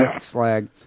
slag